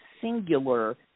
singular